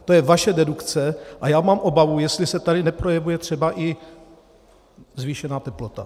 To je vaše dedukce a já mám obavu, jestli se tady neprojevuje třeba i zvýšená teplota.